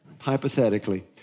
Hypothetically